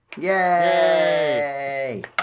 Yay